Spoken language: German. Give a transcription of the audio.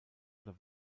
oder